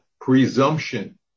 Presumption